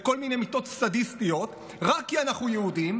בכל מיני מיתות סדיסטיות רק כי אנחנו יהודים,